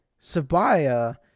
Sabaya